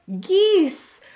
geese